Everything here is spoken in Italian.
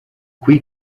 qui